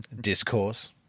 discourse